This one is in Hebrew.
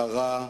קרה,